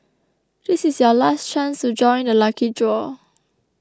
this is your last chance to join the lucky draw